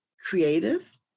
creative